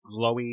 glowy